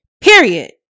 period